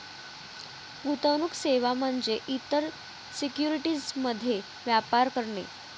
गुंतवणूक सेवा म्हणजे इतर सिक्युरिटीज मध्ये व्यापार करणे